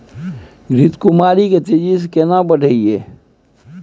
घृत कुमारी के तेजी से केना बढईये?